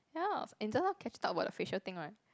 ya and just now Catharine talk about the facial thing right